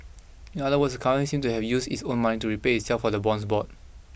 in other words the seemed to have used its own money to repay itself for the bonds bought